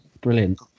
brilliant